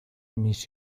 mis